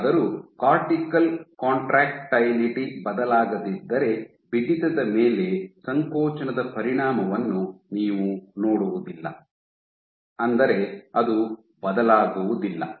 ಹೇಗಾದರೂ cortical contractility ಬದಲಾಗದಿದ್ದರೆ ಬಿಗಿತದ ಮೇಲೆ ಸಂಕೋಚನದ ಪರಿಣಾಮವನ್ನು ನೀವು ನೋಡುವುದಿಲ್ಲ ಅಂದರೆ ಅದು ಬದಲಾಗುವುದಿಲ್ಲ